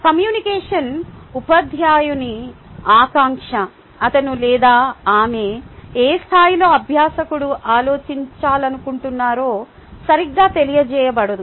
communication ఉపాధ్యాయుని ఆకాంక్ష అతను లేదా ఆమె ఏ స్థాయిలో అభ్యాసకుడు ఆలోచించాలనుకుంటున్నారో సరిగా తెలియజేయబడదు